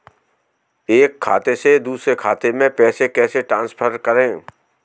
एक खाते से दूसरे खाते में पैसे कैसे ट्रांसफर करें?